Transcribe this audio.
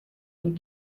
ning